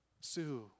Sue